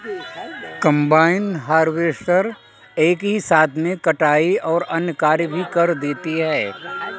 combine harvester एक ही साथ में कटाई और अन्य कार्य भी कर देती है